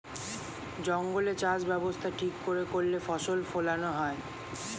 জঙ্গলে চাষ ব্যবস্থা ঠিক করে করলে ফসল ফোলানো হয়